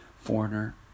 foreigner